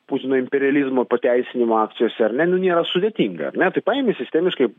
putino imperializmo pateisinimo akcijose ar ne nu nėra sudėtingaar ne tai paimi sistemiškai